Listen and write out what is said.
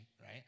right